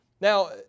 Now